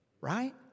Right